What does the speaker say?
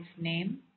name